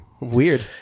weird